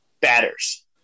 batters